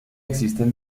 existen